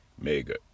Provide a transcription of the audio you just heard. Mega